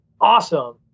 awesome